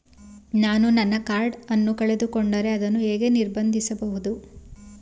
ನಾನು ನನ್ನ ಕಾರ್ಡ್ ಅನ್ನು ಕಳೆದುಕೊಂಡರೆ ಅದನ್ನು ಹೇಗೆ ನಿರ್ಬಂಧಿಸಬಹುದು?